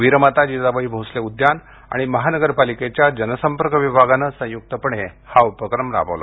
वीरमाता जिजाबाई भोसले उद्यान आणि महानगरपालिकेच्या जनसंपर्क विभागानं संयुक्तपणे हा उपक्रम राबवला